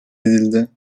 edildi